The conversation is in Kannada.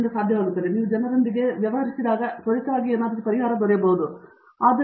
ಸತ್ಯನಾರಾಯಣ ಎನ್ ಗುಮ್ಮದಿ ಆದ್ದರಿಂದ ನೀವು ಹೆಚ್ಚು ತ್ವರಿತ ಪರಿಹಾರವನ್ನು ಪಡೆಯಲು ಮಾತನಾಡುತ್ತೀರಿ